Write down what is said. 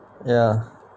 ya